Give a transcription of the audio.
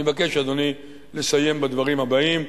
אני מבקש, אדוני, לסיים בדברים הבאים: